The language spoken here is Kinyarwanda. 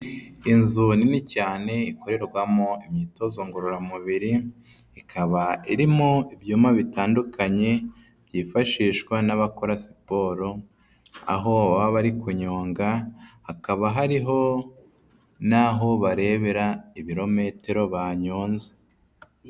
Inzu nini cyane ikorerwamo imyitozo ngororamubiri, ikaba irimo ibyuma bitandukanye byifashishwa n'abakora siporo, aho baba bari kunyonga hakaba hariho n'aho barebera ibirometero banyonze.